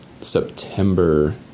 September